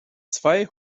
zwei